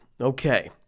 Okay